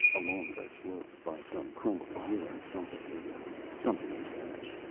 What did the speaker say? along the slope, by some crumbling ruins, something moved. something in the ash.